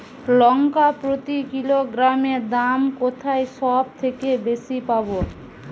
লঙ্কা প্রতি কিলোগ্রামে দাম কোথায় সব থেকে বেশি পাব?